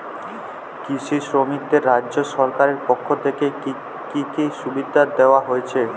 কৃষি শ্রমিকদের রাজ্য সরকারের পক্ষ থেকে কি কি সুবিধা দেওয়া হয়েছে?